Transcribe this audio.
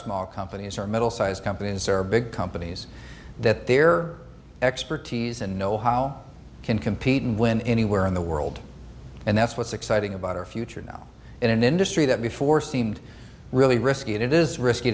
small companies or middle sized companies or big companies that their expertise and know how can compete and win anywhere in the world and that's what's exciting about our future now in an industry that before seemed really risky it is risky